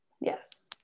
yes